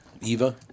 Eva